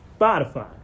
Spotify